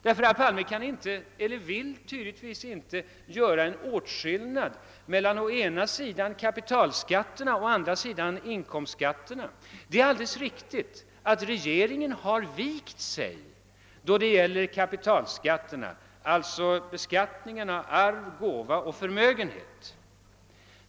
Herr Palme vill tydligtvis inte göra en åtskillnad mellan å ena sidan kapitalskatterna och å andra sidan inkomstskatterna. Det är alldeles riktigt, att regeringen vikt sig då det gäller kapitalskatterna, d.v.s. beskattningen av arv, gåva och förmögenhet.